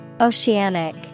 Oceanic